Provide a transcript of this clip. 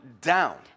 down